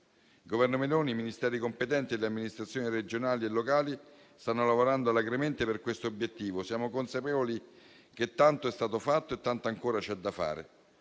Il Governo Meloni, i Ministeri competenti e le amministrazioni regionali e locali stanno lavorando alacremente per questo obiettivo. Siamo consapevoli che tanto è stato fatto e tanto ancora c'è da fare.